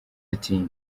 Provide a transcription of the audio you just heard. ati